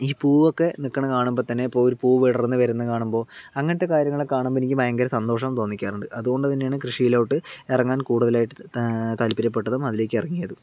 ഈ പൂവൊക്കെ നിക്കണ കാണുമ്പോൾ തന്നെ ഇപ്പോൾ ഒരു പൂവ് വിടർന്ന് വരുന്ന കാണുമ്പോൾ അങ്ങനത്തെ കാര്യങ്ങള് കാണുമ്പോൾ എനിക്ക് ഭയങ്കര സന്തോഷം തോന്നിക്കാറുണ്ട് അതുകൊണ്ട് തന്നെയാണ് കൃഷിയിലോട്ട് എറങ്ങാൻ കൂടുതലായിട്ട് താല്പര്യപ്പെട്ടതും അതിലേക്കിറങ്ങിയതും